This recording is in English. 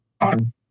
on